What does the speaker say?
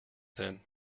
them